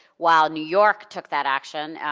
while new york took that action,